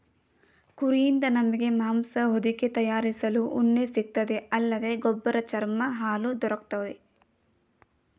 ಕುರಿಯಿಂದ ನಮಗೆ ಮಾಂಸ ಹೊದಿಕೆ ತಯಾರಿಸಲು ಉಣ್ಣೆ ಸಿಗ್ತದೆ ಅಲ್ಲದೆ ಗೊಬ್ಬರ ಚರ್ಮ ಹಾಲು ದೊರಕ್ತವೆ